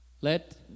Let